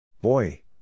Boy